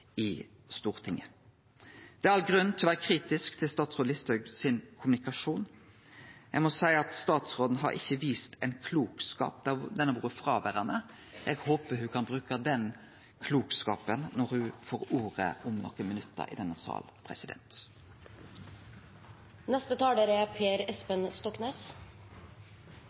i Stortinget. Det er all grunn til å vere kritisk til statsråd Listhaugs kommunikasjon. Eg må seie at statsråden ikkje har vist klokskap – han har vore fråverande. Eg håpar ho kan bruke klokskapen når ho om nokre minutt får ordet i denne